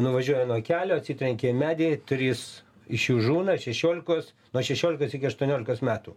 nuvažiuoja nuo kelio atsitrenkia į medį trys iš jų žūna šešiolikos nuo šešiolikos iki aštuoniolikos metų